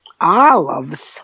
Olives